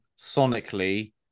sonically